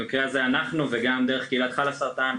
גם של קהילת ׳חלאסרטן׳,